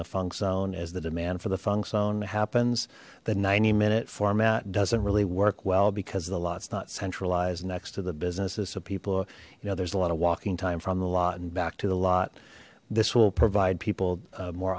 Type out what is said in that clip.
the funk zone as the demand for the funk zone happens the ninety minute format doesn't really work well because the lots not centralized next to the businesses so people you know there's a lot of walking time from the lot and back to the lot this will provide people more